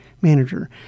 manager